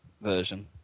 Version